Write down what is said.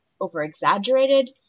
over-exaggerated